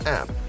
app